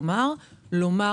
כלומר, לומר